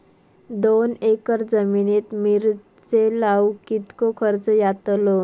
दोन एकर जमिनीत मिरचे लाऊक कितको खर्च यातलो?